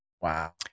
Wow